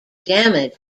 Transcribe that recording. damage